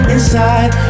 Inside